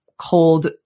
cold